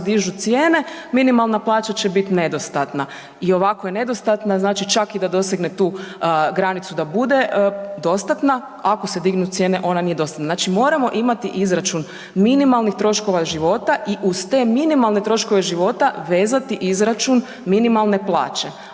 dižu cijene minimalna plaća će biti nedostatna i ovako je nedostatna znači čak i da dosegne tu granicu da bude dostatna, ako se dignu cijene ona nije dostatna. Znači moramo imati izračun minimalnih troškova života i uz te minimalne troškove života vezati izračun minimalne plaće,